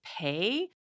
pay